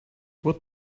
what